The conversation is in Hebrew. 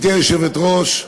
גברתי היושבת-ראש,